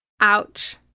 Ouch